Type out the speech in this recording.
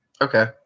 Okay